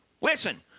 Listen